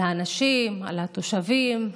על האנשים, על התושבים.